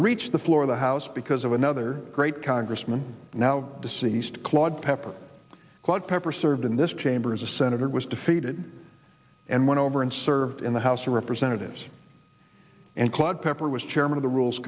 reached the floor of the house because of another great congressman now deceased claude pepper claude pepper served in this chamber as a senator was defeated and won over and served in the house of representatives and club pepper was chairman of the rules